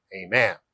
amen